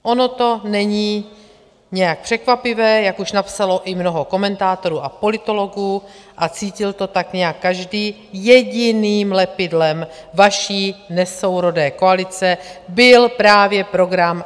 Ono to není nějak překvapivé, jak už napsalo i mnoho komentátorů a politologů, a cítil to tak nějak každý, jediným lepidlem vaší nesourodé koalice byl právě program antibabiš.